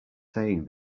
saying